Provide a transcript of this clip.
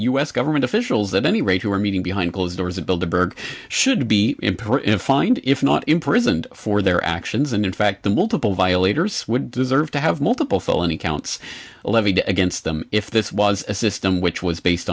s government officials at any rate who are meeting behind closed doors and build a bird should be imprinted fined if not imprisoned for their actions and in fact the multiple violators would deserve to have multiple felony counts levied against them if this was a system which was based